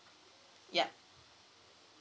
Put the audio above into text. yup